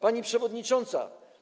Pani Przewodnicząca!